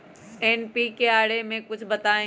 NPK बारे म कुछ बताई?